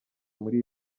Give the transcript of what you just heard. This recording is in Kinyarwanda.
muri